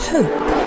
Hope